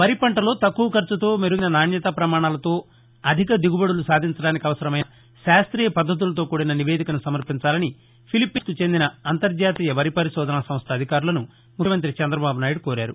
వరి పంటలో తక్కువ ఖర్చుతో మెరుగైన నాణ్యతా పమాణాలతో అధిక దిగుబడులు సాధించడానికి అవసరమైన శాస్త్రీయ పద్దతులతో కూడిన నివేదికను సమర్పించాలని ఫిలిప్పీన్స్కు చెందిన అంతర్జాతీయ వరి పరిశోధనా సంస్ల అధికారులను ముఖ్యమంత్రి చంద్రబాబునాయుడు కోరారు